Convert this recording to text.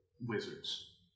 wizards